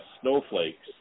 snowflakes